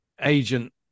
agent